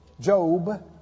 Job